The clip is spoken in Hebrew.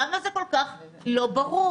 למה זה כל כך לא ברור?